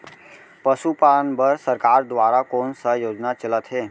पशुपालन बर सरकार दुवारा कोन स योजना चलत हे?